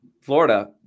Florida